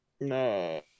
No